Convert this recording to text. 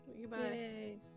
Goodbye